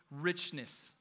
richness